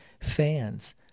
fans